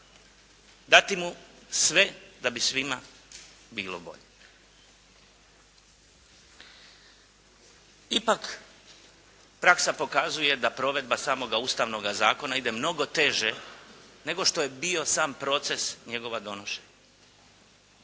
dati mu sve da bi svima bilo bolje. Ipak, praksa pokazuje da provedba samoga Ustavnoga zakona ide mnogo teže nego što je bio sam proces njegova donošenja.